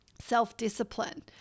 self-discipline